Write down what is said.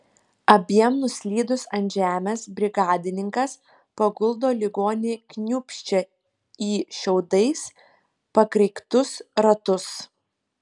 abiem nuslydus ant žemės brigadininkas paguldo ligonį kniūbsčią į šiaudais pakreiktus ratus